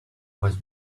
was